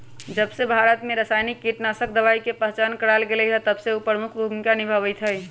जबसे भारत में रसायनिक कीटनाशक दवाई के पहचान करावल गएल है तबसे उ प्रमुख भूमिका निभाई थई